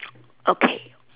okay